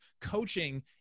Coaching